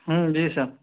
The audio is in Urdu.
جی سر